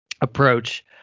approach